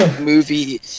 movie